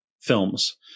films